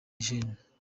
eugene